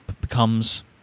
becomes